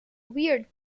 weird